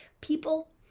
people